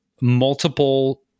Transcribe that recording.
multiple